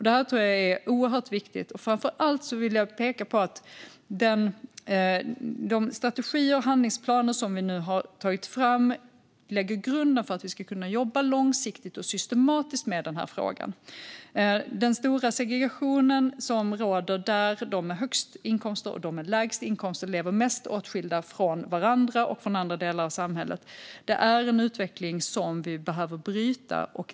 Det tror jag är oerhört viktigt. Framför allt vill jag peka på att de strategier och handlingsplaner som vi nu har tagit fram lägger grunden för att vi ska kunna jobba långsiktigt och systematiskt med frågan. Den stora segregation som råder, där de med högst inkomster och de med lägst inkomster lever mest åtskilda från varandra och från andra delar av samhället, är en utveckling som vi behöver bryta.